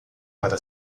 para